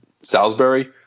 Salisbury